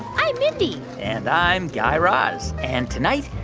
i'm mindy and i'm guy raz. and tonight,